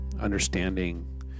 understanding